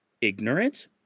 ignorant